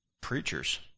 preachers